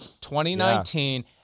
2019